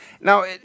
Now